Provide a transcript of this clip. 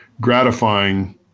gratifying